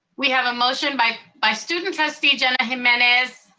we have a motion by by student trustee jena jimenez,